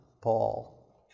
Paul